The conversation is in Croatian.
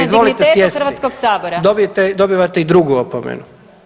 Izvolite sjesti, dobivate i drugu opomenu.